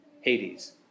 Hades